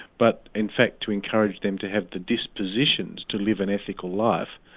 but in fact to encourage them to have the dispositions to live an ethical life,